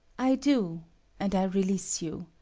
i do and i release you.